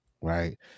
right